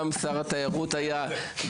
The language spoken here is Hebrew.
גם שר התיירות היה,